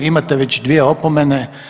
Imate već dvije opomene.